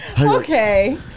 Okay